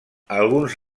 alguns